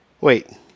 Wait